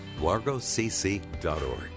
largocc.org